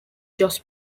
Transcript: joss